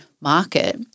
market